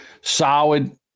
solid